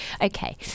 Okay